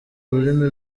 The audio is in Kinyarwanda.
ururimi